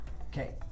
Okay